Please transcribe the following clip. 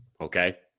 Okay